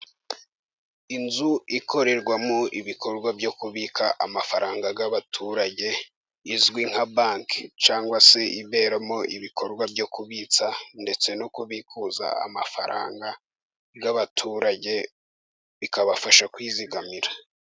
Inzu ikorerwamo ibikorwa byo kubika amafaranga y'abaturage, izwi nka banki cyangwa se iberamo ibikorwa byo kubitsa ndetse no kubikuza amafaranga y'abaturage bikabafasha kwizigamira.